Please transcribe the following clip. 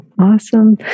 Awesome